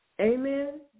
Amen